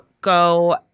go